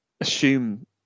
assume